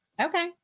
okay